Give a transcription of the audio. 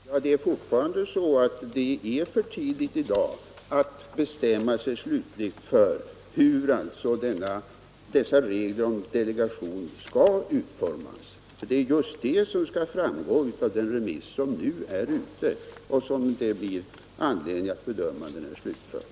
Herr talman! Det är fortfarande så att det i dag är för tidigt att bestämma sig slutligt för hur dessa regler om delegation skall utformas. Det är just detta som man skall få fram genom den nu pågående remissen. som det blir anledning att bedöma när den är slutförd.